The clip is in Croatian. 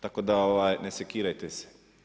Tako da ne sekirajte se.